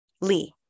Lee